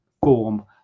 form